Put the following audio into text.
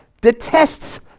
detests